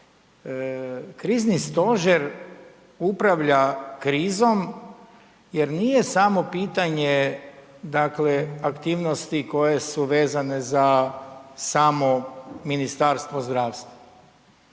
Krizni stožer upravlja krizom jer nije samo pitanje, dakle aktivnosti koje su vezane za samo Ministarstvo zdravstva.